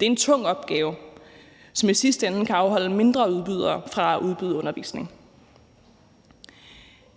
det er en tung opgave, som i sidste ende kan afholde mindre udbydere fra at udbyde undervisning.